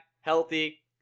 healthy